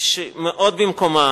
מאוד במקומה.